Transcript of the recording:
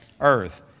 earth